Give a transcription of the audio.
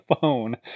phone